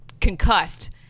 concussed